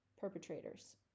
perpetrators